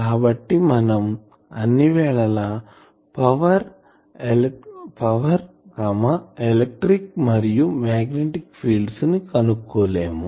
కాబట్టి మనం అన్ని వేళల పవర్ ఎలక్ట్రిక్ మరియు మాగ్నెటిక్ ఫీల్డ్స్ ను కనుక్కోలేము